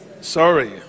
Sorry